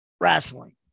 wrestling